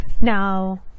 now